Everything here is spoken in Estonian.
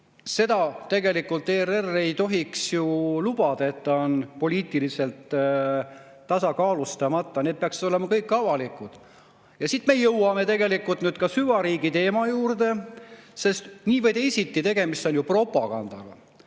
Aga tegelikult ERR ei tohiks ju lubada, et ta on poliitiliselt tasakaalustamata. [Sellised asjad] peaksid olema kõik avalikud. Ja siit me jõuame tegelikult süvariigi teema juurde, sest nii või teisiti on tegemist propagandaga.